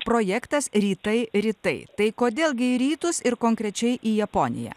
projektas rytai rytai tai kodėl gi į rytus ir konkrečiai į japoniją